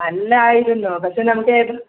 അല്ലായിരുന്നു പക്ഷേ നമുക്ക് ഏ